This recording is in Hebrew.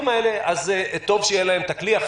טוב שיהיה להם הכלי הזה,